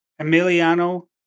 Emiliano